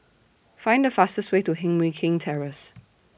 Find The fastest Way to Heng Mui Keng Terrace